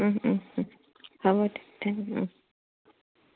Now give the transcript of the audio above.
হ'ব দিয়ক থেংক